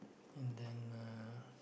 and then uh